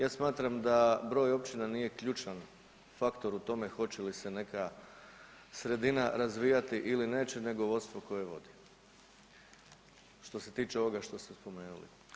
Ja smatram da broj općina nije ključan faktor u tome hoće li se neka sredina razvijati ili neće, nego vodstvo koje vodi što se tiče onoga što ste spomenuli.